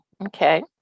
Okay